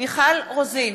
מיכל רוזין,